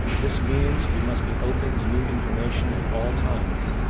this means we must be open to new information at all times,